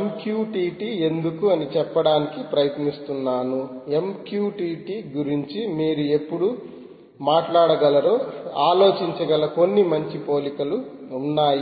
MQTT ఎందుకు అని చెప్పడానికి ప్రయత్నిస్తున్నాను MQTT గురించి మీరు ఎప్పుడు మాట్లాడగలరో ఆలోచించగల కొన్ని మంచి పోలికలు ఉన్నాయి